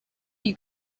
you